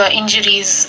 injuries